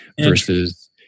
versus